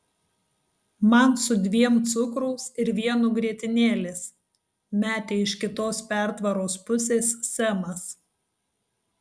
man su dviem cukraus ir vienu grietinėlės metė iš kitos pertvaros pusės semas